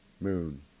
Moon